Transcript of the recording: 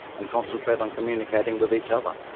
and concentrate on communicating with each other.